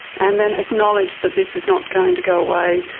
and then acknowledge that this is not going to go away,